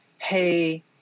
Hey